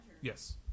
Yes